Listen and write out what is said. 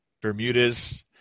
Bermuda's